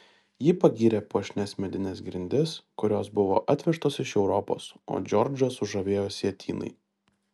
ji pagyrė puošnias medines grindis kurios buvo atvežtos iš europos o džordžą sužavėjo sietynai